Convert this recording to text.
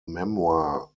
memoir